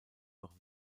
noch